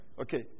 Okay